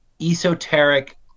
esoteric